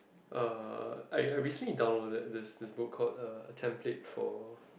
uh I I recently downloaded this this book called uh A Template for